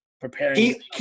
preparing